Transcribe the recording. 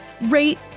rate